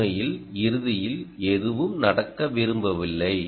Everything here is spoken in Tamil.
உண்மையில் இறுதியில் எதுவும் நடக்க விரும்பவில்லை